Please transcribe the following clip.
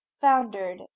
foundered